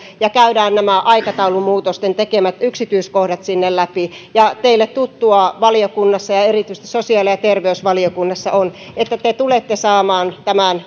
ja käymme nämä aikataulumuutosten sinne tuomat yksityiskohdat läpi teille tuttua valiokunnassa ja erityisesti sosiaali ja terveysvaliokunnassa on että te tulette saamaan